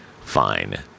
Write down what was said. fine